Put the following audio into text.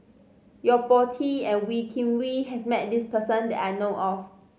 Yo Po Tee and Wee Kim Wee has met this person that I know of